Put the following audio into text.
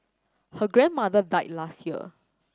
her grandmother died last year